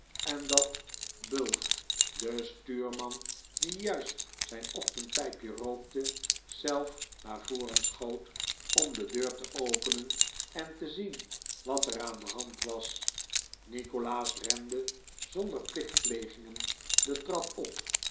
en dat bulph de stuurman die juist zijn ochtendpijpje rookte zelf naar voren schoot om de deur te openen en te zien wat er aan de hand was nikolaas rende zonder plichtplegingen de trap op